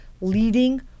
leading